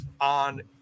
on